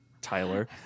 Tyler